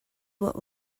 what